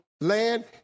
land